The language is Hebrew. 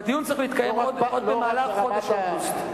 והדיון צריך להתקיים עוד במהלך חודש אוגוסט.